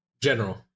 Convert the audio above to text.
General